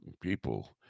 people